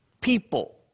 people